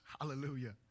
hallelujah